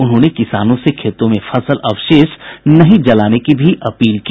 उन्होंने किसानों से खेतों में फसल अवशेष नहीं जलाने की अपील की